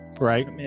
Right